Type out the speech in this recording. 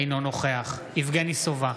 אינו נוכח יבגני סובה,